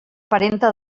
parenta